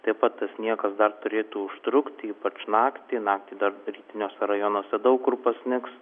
taip pat tas sniegas dar turėtų užtrukt ypač naktį naktį dar rytiniuose rajonuose daug kur pasnigs